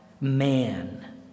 man